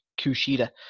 Kushida